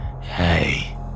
Hey